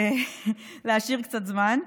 להשאיר קצת זמן.